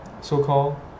so-called